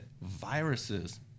viruses